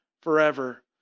forever